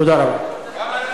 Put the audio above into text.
תודה רבה.